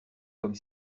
comme